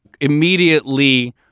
immediately